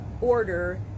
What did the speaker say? order